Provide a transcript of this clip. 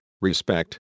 respect